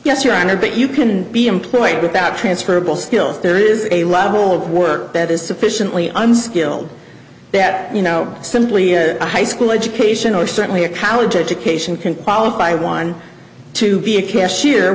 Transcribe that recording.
yes your honor but you can be employed without transferable skills there is a level of work that is sufficiently i'm skilled that you know simply a high school education or certainly a college education can qualify one to be a cashier